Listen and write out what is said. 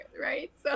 right